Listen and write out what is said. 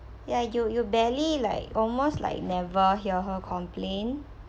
ya you you barely like almost like never hear her complain